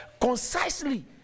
concisely